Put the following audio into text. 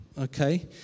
okay